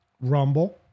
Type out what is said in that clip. rumble